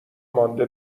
مانده